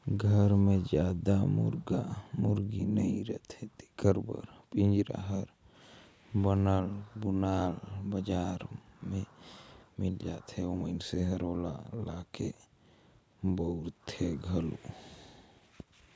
घर मे जादा मुरगा मुरगी नइ रहें तेखर बर पिंजरा हर बनल बुनाल बजार में मिल जाथे अउ मइनसे ह ओला लाके बउरथे घलो